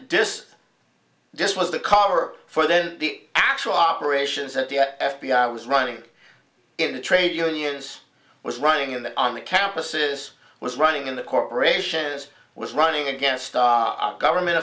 this this was the cover for the actual operations that the f b i was running in the trade unions was running in that on the campuses was running in the corporations was running against our government